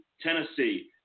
Tennessee